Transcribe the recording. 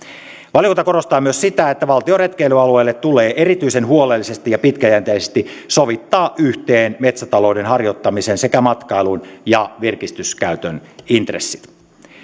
valiokunta korostaa myös sitä että valtion retkeilyalueilla tulee erityisen huolellisesti ja pitkäjänteisesti sovittaa yhteen metsätalouden harjoittamisen sekä matkailun ja virkistyskäytön intressit